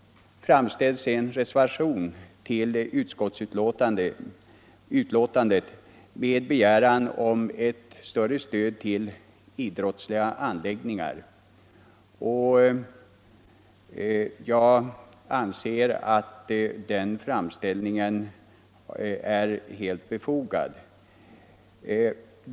Till utskottsbetänkandet är fogad en reservation med begäran om ett större stöd till anläggningar för idrott. Den framställningen är helt befogad.